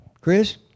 Chris